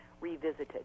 revisited